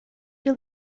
you